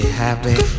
happy